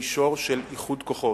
במישור של איחוד כוחות,